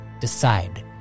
decide